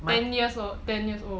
ten years old ten years old